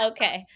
Okay